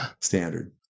Standard